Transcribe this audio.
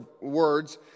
words